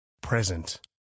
present